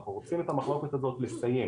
אנחנו רוצים את המחלוקת הזאת לסיים.